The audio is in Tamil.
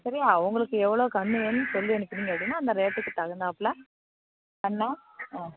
சரியா உங்களுக்கு எவ்வளோ கன்று வேணும்னு சொல்லி அனுப்பினீங்க அப்படின்னா அந்த ரேட்டுக்கு தகுந்தாப்பில பண்ணால் ஆ